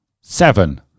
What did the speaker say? Seven